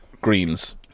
Greens